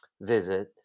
visit